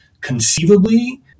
conceivably